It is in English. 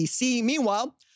Meanwhile